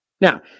Now